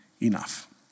enough